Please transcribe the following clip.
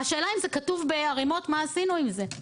השאלה אם זה כתוב בערימות מה עשינו עם זה?